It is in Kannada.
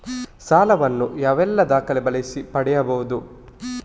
ಸಾಲ ವನ್ನು ಯಾವೆಲ್ಲ ದಾಖಲೆ ಬಳಸಿ ಪಡೆಯಬಹುದು?